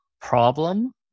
problem